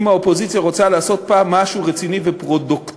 אם האופוזיציה רוצה לעשות פעם אחת משהו רציני ופרודוקטיבי,